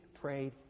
prayed